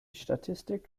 statistik